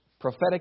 prophetic